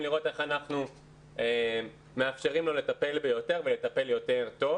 לראות איך אנחנו מאפשרים לו לטפל ביותר ולטפל יותר טוב.